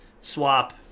swap